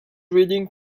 reading